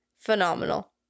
phenomenal